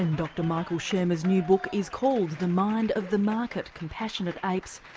dr michael shermer's new book is called the mind of the market compassionate apes,